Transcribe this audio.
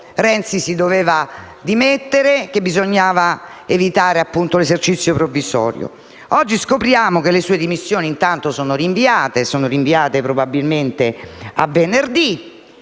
Renzi si doveva dimettere, che bisognava evitare l'esercizio provvisorio. Oggi scopriamo che le sue dimissioni sono rinviate probabilmente a venerdì,